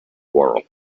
quarrel